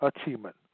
achievement